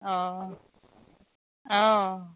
অ অ